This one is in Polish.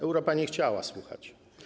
Europa nie chciała słuchać.